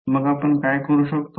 मग आपण काय करू शकतो